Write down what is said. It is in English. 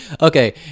Okay